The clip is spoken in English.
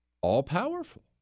all-powerful